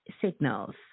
signals